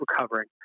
recovering